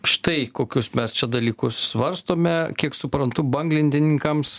štai kokius mes čia dalykus svarstome kiek suprantu banglentininkams